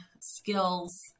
skills